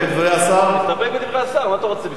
מה אתה רוצה, אז אנחנו